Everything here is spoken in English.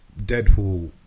Deadpool